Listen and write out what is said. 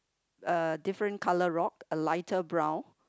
a different colour rock a lighter brown